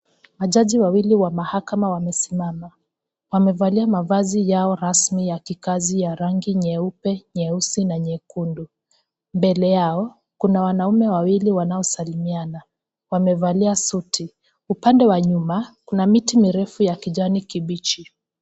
Majaji wawili wa mahakama wamesimama wamevalia mavazi yao rasmi ya kikazi ya rangi nyeupe nyeusi na nyekundu mbele yao kuna wanaume wawili wanaosalimiana wamevalia suti upande wa nyuma kuna miti mirefu ya kijani kibichi.